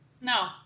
No